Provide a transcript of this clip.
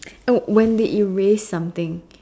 no when they erase something